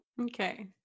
Okay